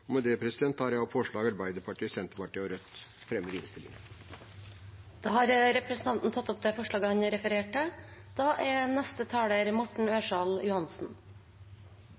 Med det tar jeg opp forslaget Arbeiderpartiet, Senterpartiet og Rødt fremmer i innstillingen. Representanten Svein Roald Hansen har tatt opp det forslaget han refererte til.